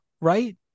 right